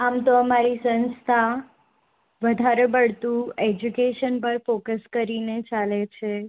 આમ તો અમારી સંસ્થા વધારે પડતું એજ્યુકેશન પર ફોકસ કરીને ચાલે છે